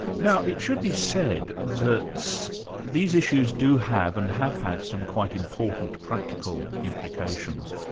now it should be said that these issues do have and have had some quite important practical implications.